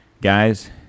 Guys